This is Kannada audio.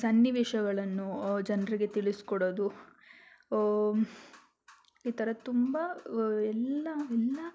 ಸನ್ನಿವೇಶಗಳನ್ನು ಜನರಿಗೆ ತಿಳಿಸ್ಕೊಡೋದು ಈ ಥರದ್ದು ತುಂಬ ಎಲ್ಲ ಎಲ್ಲ